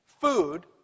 food